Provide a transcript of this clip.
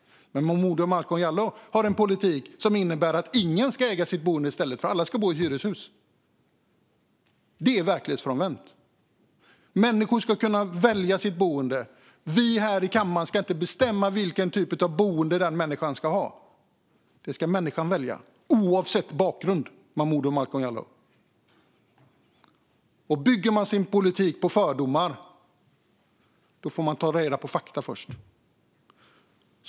Men Momodou Malcolm Jallow har i stället en politik som innebär att ingen ska äga sitt boende, för alla ska bo i hyreshus. Det är verklighetsfrånvänt. Människor ska kunna välja sitt boende. Vi här i kammaren ska inte bestämma vilken typ av boende en människa ska ha. Det ska människan välja, oavsett bakgrund, Momodou Malcolm Jallow. I stället för att bygga sin politik på fördomar borde man ta reda på fakta först.